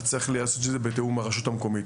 צריך לעשות את זה בתיאום עם הרשות המקומית.